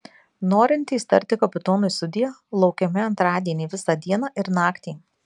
norintys tarti kapitonui sudie laukiami antradienį visą dieną ir naktį